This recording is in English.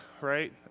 right